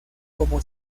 como